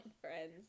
friends